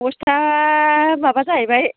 बस्था माबा जाहैबाय